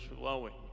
flowing